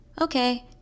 okay